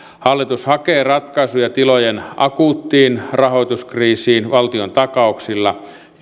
hallitus hakee ratkaisuja tilojen akuuttiin rahoituskriisiin valtiontakauksilla